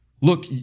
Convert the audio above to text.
look